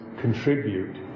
contribute